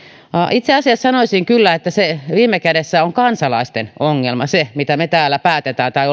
itse asiassa sanoisin kyllä että se viime kädessä on kansalaisten ongelma mitä me täällä päätämme tai